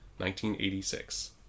1986